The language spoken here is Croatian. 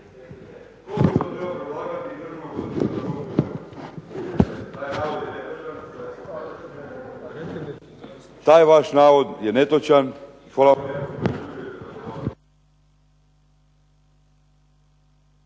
taj vaš navod je netočan